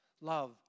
love